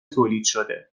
تولیدشده